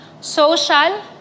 social